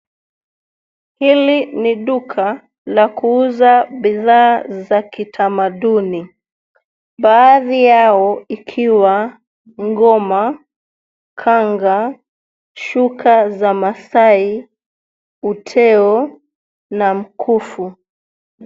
Hili ni duka la kuuza bidhaa za kitamaduni. Baadhi yao ikiwa ngoma, kanga, shuka za maasai, uteo na mkufu.